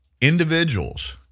individuals